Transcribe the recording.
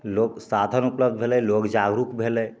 लोक साधन उपलब्ध भेलै लोक जागरूक भेलै